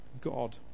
God